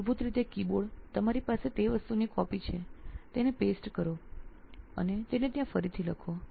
મૂળભૂત રીતે કીબોર્ડ તમારી પાસે તે વસ્તુની કોપી છે તેને પેસ્ટ કરો અને તેને ત્યાં ફરીથી લખો